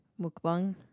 Mukbang